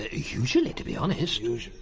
ah usually, to be honest. usually.